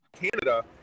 Canada